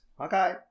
Okay